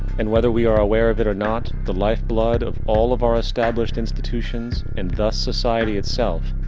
and, whether we are aware of it or not, the lifeblood of all of our established institutions, and thus society itself,